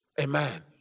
Amen